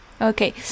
Okay